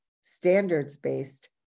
standards-based